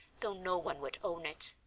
though no one would own it.